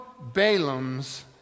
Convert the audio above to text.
Balaam's